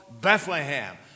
Bethlehem